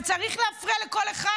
זה צריך להפריע לכל אחד.